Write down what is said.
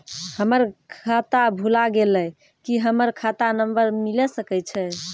हमर खाता भुला गेलै, की हमर खाता नंबर मिले सकय छै?